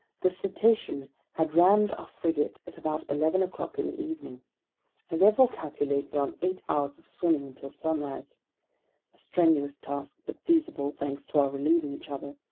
the cetacean had rammed our frigate at about eleven o'clock in the evening. i therefore calculated on eight hours of swimming until sunrise. a strenuous task, but feasible, thanks to our relieving each other.